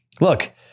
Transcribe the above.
Look